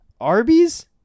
Arby's